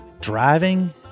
Driving